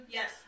Yes